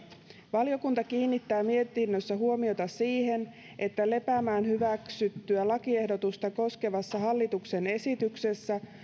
valiokunta kiinnittää mietinnössään huomiota siihen että lepäämään hyväksyttyä lakiehdotusta koskevassa hallituksen esityksessä